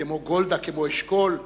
כמו גולדה, כמו אשכול,